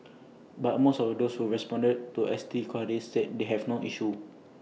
but most of those who responded to S T queries said they have not issue